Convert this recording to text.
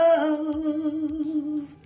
love